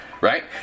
right